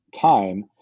time